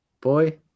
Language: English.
Boy